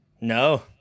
No